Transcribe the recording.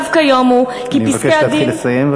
אני מבקש להתחיל לסיים.